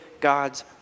God's